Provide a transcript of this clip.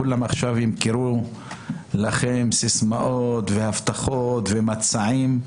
כולם עכשיו ימכרו לכם סיסמאות, הבטחות ומצעים.